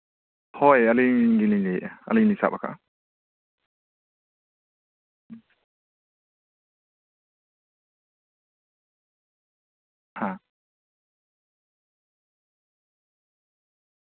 ᱦᱳᱭ ᱟᱞᱤᱧ ᱜᱮᱞᱤᱧ ᱞᱟᱹᱭᱮᱫᱼᱟ ᱟᱞᱤᱧ ᱞᱤᱧ ᱥᱟᱵ ᱟᱠᱟᱫᱼᱟ ᱦᱮᱸ